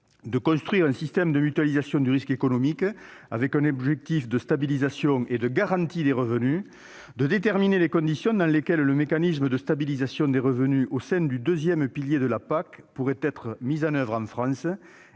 de construire un système de mutualisation du risque économique, avec un objectif de stabilisation et de garantie des revenus. Elle proposait enfin de déterminer les conditions dans lesquelles le mécanisme de stabilisation des revenus au sein du deuxième pilier de la PAC pourrait être mis en oeuvre en France,